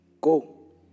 Go